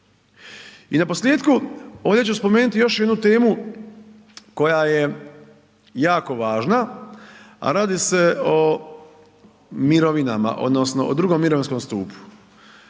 I naposljetku ovdje ću spomenuti i još jednu temu koja je jako važna, a radi se o mirovinama